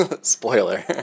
Spoiler